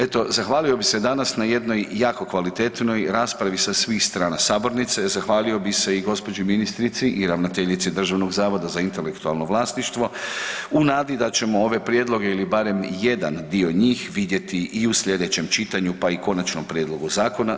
Eto, zahvalio bi se danas na jednoj jako kvalitetnoj raspravi sa svih strana sabornice, zahvalio bi se i gđi. ministrici i ravnateljici Državnog zavoda za intelektualno vlasništvo u nadi da ćemo ove prijedloge ili barem jedan dio njih vidjeti i u slijedećem čitanju, pa i u konačnom prijedlogu zakona.